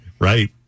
Right